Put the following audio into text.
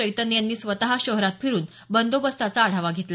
चैतन्य यांनी स्वतः शहरात फिरून बंदोबस्ताचा आढावा घेतला